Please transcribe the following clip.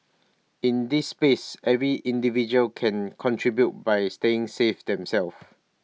in this space every individual can contribute by staying safe themselves